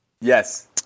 Yes